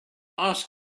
ask